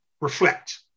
reflect